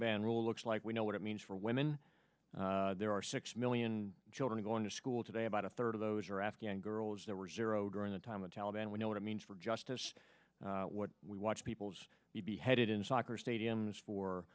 man rule looks like we know what it means for women there are six million children going to school today about a third of those are afghan girls that were zero during the time of taliban we know what it means for justice what we watch people's beheaded in soccer stadiums for